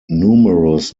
numerous